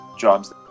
Jobs